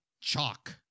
chalk